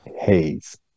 haze